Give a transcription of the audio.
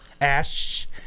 ash